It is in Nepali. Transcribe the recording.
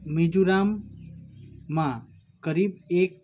मिजोरममा करिब एक